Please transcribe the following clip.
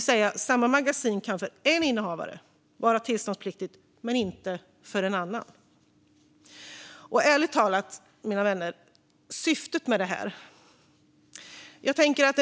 Samma magasin kan alltså vara tillståndspliktigt för en innehavare, men inte för en annan. Ärligt talat, mina vänner, handlar det om syftet med detta.